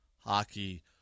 hockey